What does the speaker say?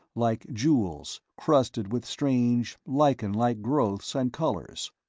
like jewels, crusted with strange lichen-like growths and colors.